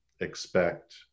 expect